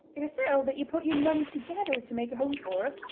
it is settled that ye put yer money together to make a home for